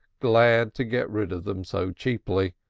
glad to get rid of them so cheaply,